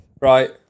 right